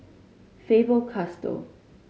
Faber Castell